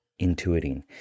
intuiting